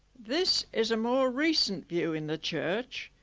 this is a more recent view in the church.